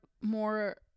more